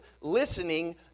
listening